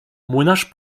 młynarz